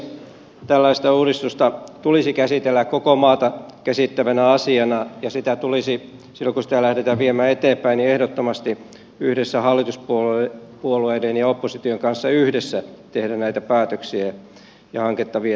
tällaista uudistusta tulisi käsitellä koko maata käsittävänä asiana ja tulisi silloin kun sitä lähdetään viemään eteenpäin ehdottomasti yhdessä hallituspuolueiden ja opposition kanssa tehdä näitä päätöksiä ja hanketta viedä eteenpäin